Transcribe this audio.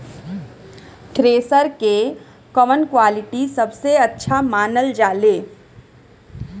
Thresher के कवन quality सबसे अच्छा मानल जाले?